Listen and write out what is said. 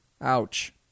Ouch